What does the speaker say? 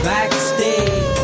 Backstage